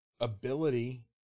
ability